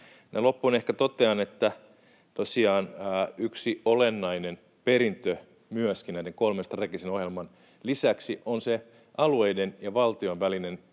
Loppuun ehkä totean, että tosiaan yksi olennainen perintö myöskin näiden kolmen strategisen ohjelman lisäksi on se alueiden ja valtion välinen